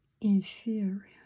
inferior